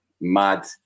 mad